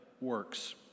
works